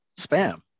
spam